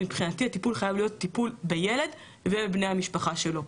מבחינתי הטיפול חייב להיות טיפול בילד ובבני המשפחה שלו.